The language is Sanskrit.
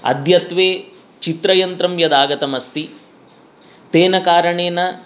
अद्यत्वे चित्रयन्त्रं यदागतम् अस्ति तेन कारणेन